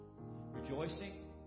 rejoicing